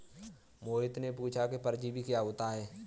मोहित ने पूछा कि परजीवी क्या होता है?